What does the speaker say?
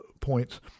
points